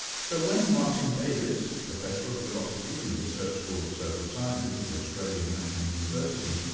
so when martin davies, professor of philosophy in the research school of social sciences at the australian national university,